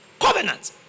Covenant